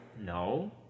No